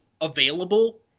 available